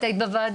את היית בוועדות?